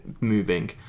moving